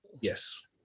yes